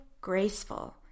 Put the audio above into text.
graceful